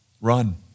Run